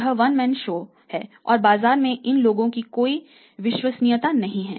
यह one man show है और बाजार में इन लोगों की कोई विश्वसनीयता नहीं है